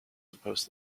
supposed